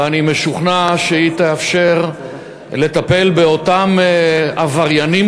ואני משוכנע שהיא תאפשר לטפל באותם עבריינים